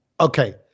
Okay